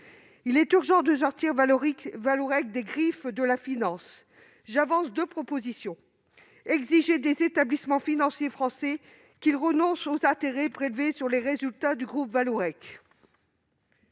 Il est urgent de sortir Vallourec des griffes de la finance. Pour cela, j'avance deux propositions. Premièrement, il faut exiger des établissements financiers français qu'ils renoncent aux intérêts prélevés sur les résultats du groupe Vallourec.